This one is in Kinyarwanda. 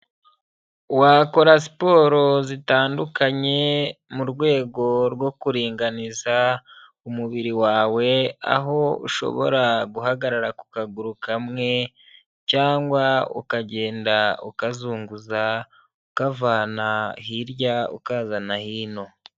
Wakora siporo zitandukanye, mu rwego rwo kuringaniza umubiri wawe, aho ushobora guhagarara ku kaguru kamwe cyangwa ukagenda ukazunguza ukavana hirya ukazana hino.